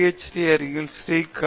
D அறிஞர் ஸ்ரீகாந்த்